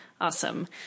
Awesome